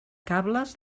cables